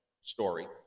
story